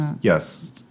Yes